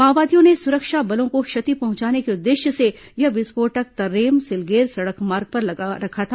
माओवादियों ने सुरक्षा बलों को क्षति पहंचाने के उद्देश्य से यह विस्फोटक तर्रेम सिलगेर सड़क मार्ग पर लगा रखा था